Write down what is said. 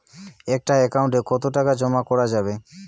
একটা একাউন্ট এ কতো টাকা জমা করা যাবে?